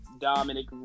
Dominic